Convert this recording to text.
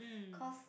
cause